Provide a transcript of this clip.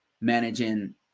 managing